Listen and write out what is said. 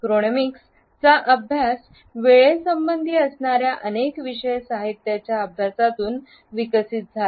chronemics चा अभ्यास वेळ संबंधी असणाऱ्या अनेक विषय साहित्याच्या अभ्यासातून विकसित झाला